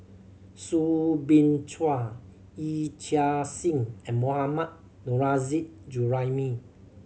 Soo Bin Chua Yee Chia Hsing and Mohammad Nurrasyid Juraimi